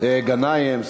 איזה אבו עראר, גנאים.